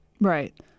right